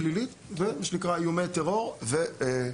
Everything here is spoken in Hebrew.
פלילית, מה שנקרא איומי טרור ופשיעה.